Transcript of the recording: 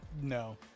No